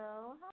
Hello